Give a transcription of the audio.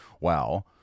wow